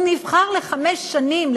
הוא נבחר לחמש שנים,